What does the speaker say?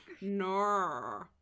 no